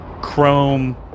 chrome